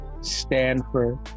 Stanford